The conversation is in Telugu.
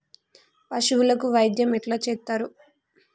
పశువులకు వైద్యం ఎట్లా చేత్తరు?